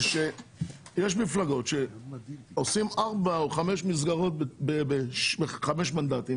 יש מפלגות שעושות 4 או 5 מסגרות ב-5 מנדטים